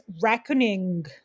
reckoning